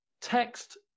text